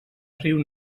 riu